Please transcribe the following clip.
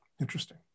Interesting